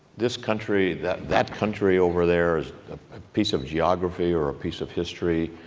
this country, that that country over there is a piece of geography or a piece of history.